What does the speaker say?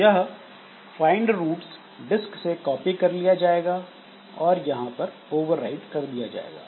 यह find roots disk से copy कर लिया जाएगा और यहां पर ओवरराइट कर दिया जाएगा